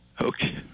Okay